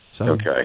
Okay